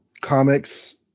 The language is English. comics